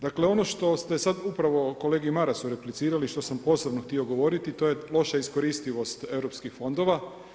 Dakle, ono što ste sad upravo kolegi Marasu replicirali i što sam posebno htio govoriti to je loša iskoristivost europskih fondova.